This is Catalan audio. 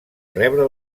rebre